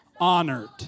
honored